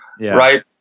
right